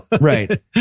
right